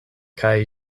kaj